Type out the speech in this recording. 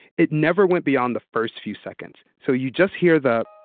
it never went beyond the first few seconds, so you just hear the,